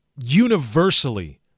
universally